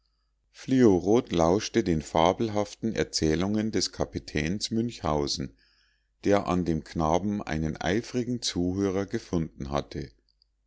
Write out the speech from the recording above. fliorot lauschte den fabelhaften erzählungen des kapitäns münchhausen der an dem knaben einen eifrigen zuhörer gefunden hatte